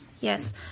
Yes